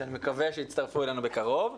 שאני מקווה שיצטרפו אלינו בקרוב.